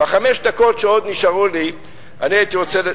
בחמש דקות שעוד נשארו לי אני הייתי רוצה,